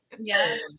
Yes